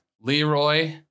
Leroy